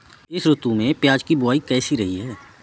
इस ऋतु में प्याज की बुआई कैसी रही है?